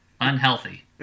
Unhealthy